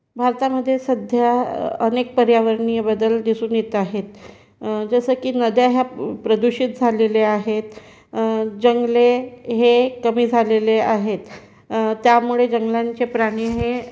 भारतामधे सध्या अनेक पर्यावरणीय बदल दिसून येत आहेत जसं की नद्या ह्या प्रदूषित झालेले आहेत जंगले हे कमी झालेले आहेत त्यामुळे जंगलांचे प्राणी हे